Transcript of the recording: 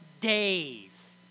days